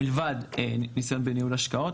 מלבד נסיון בניהול השקעות.